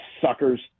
suckers